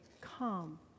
come